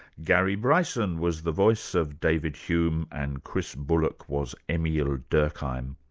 gary bryson was the voice of david hume and chris bullock was emile ah durkheim.